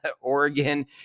Oregon